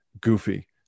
goofy